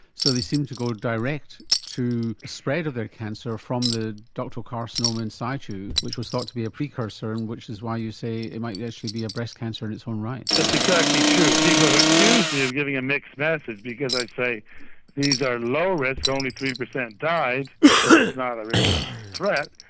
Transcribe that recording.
so they seems to go direct to spread of their cancer from the ductal carcinoma in situ, which was thought to be a precursor, and which is why you say it might actually be a breast cancer in its own right. that's exactly true. people have accused me of giving a mixed message because i say these are low risk, only three percent died, so it's not a real threat,